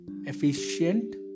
efficient